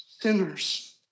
sinners